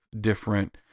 different